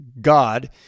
God